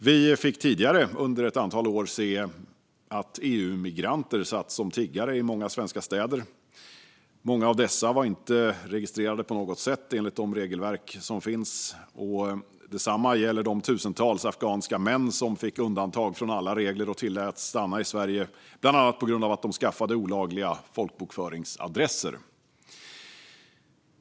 Vi fick tidigare under ett antal år se att EU-migranter satt som tiggare i många svenska städer. Många av dessa var inte registrerade på något sätt enligt de regelverk som finns. Detsamma gäller de tusentals afghanska män som fick undantag från alla regler och tilläts stanna i Sverige, bland annat på grund av att de skaffade olagliga folkbokföringsadresser.